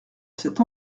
cette